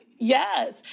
Yes